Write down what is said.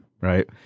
right